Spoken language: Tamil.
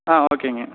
ஆ ஓகேங்க